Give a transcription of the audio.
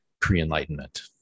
pre-enlightenment